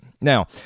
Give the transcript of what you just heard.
Now